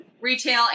retail